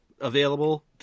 available